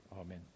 Amen